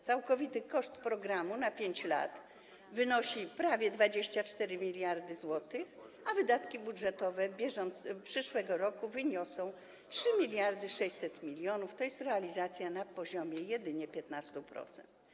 Całkowity koszt programu na 5 lat wynosi prawie 24 mld zł, a wydatki budżetowe przyszłego roku wyniosą 3600 mln, to jest realizacja na poziomie jedynie 15%.